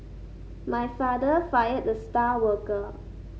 my father fired the star worker